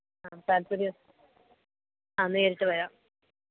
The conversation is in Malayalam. ആ താല്പര്യം ആ നേരിട്ടു വരാം